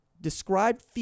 described